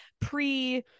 pre